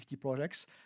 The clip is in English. projects